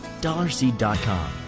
DollarSeed.com